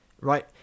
right